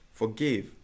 forgive